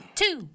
two